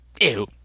Ew